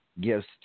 gifts